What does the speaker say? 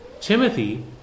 Timothy